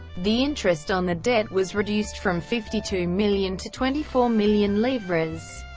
the interest on the debt was reduced from fifty two million to twenty four million livres.